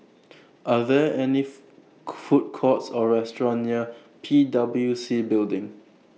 Are There any Food Courts Or restaurants near P W C Building